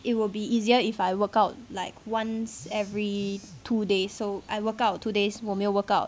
it will be easier if I workout like once every two days so I work out two days 我没有 workout